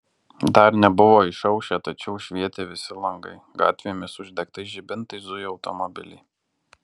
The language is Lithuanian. dar nebuvo išaušę tačiau švietė visi langai gatvėmis uždegtais žibintais zujo automobiliai